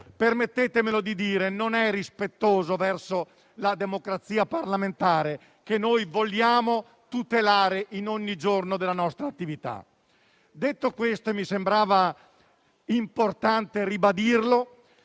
della maggioranza - non è rispettoso verso la democrazia parlamentare che noi vogliamo tutelare in ogni giorno della nostra attività. Detto questo - e mi sembrava importante ribadirlo